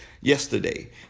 yesterday